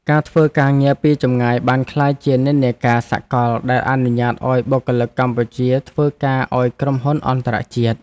ការធ្វើការងារពីចម្ងាយបានក្លាយជានិន្នាការសកលដែលអនុញ្ញាតឱ្យបុគ្គលិកកម្ពុជាធ្វើការឱ្យក្រុមហ៊ុនអន្តរជាតិ។